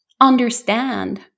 understand